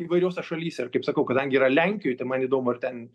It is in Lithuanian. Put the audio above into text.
įvairiose šalyse ir kaip sakau kadangi yra lenkijoj tai man įdomu ar ten